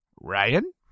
Ryan